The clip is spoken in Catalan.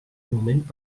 moment